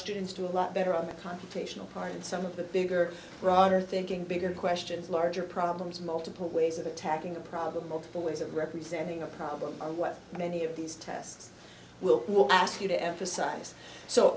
students do a lot better on a confrontational part and some of the bigger rather thinking bigger questions larger problems multiple ways of attacking the problem of the ways of representing a problem or what many of these tests will will ask you to emphasize so